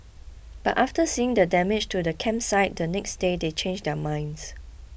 but after seeing the damage to the campsite the next day they changed their minds